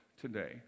today